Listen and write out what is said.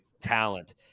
talent